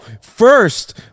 first